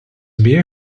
beer